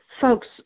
folks